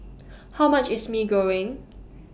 How much IS Mee Goreng